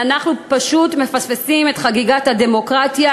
ואנחנו פשוט מפספסים את חגיגת הדמוקרטיה,